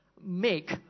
make